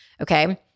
Okay